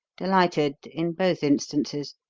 delighted in both instances.